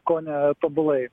kone tobulai